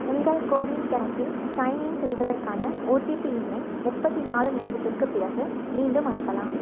உங்கள் கோவின் கணக்கில் சைன்இன் செய்வதற்கான ஓடிபி எண்ணை முப்பத்து நாலு நிமிடத்திற்குப் பிறகு மீண்டும் அனுப்பலாம்